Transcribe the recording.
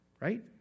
right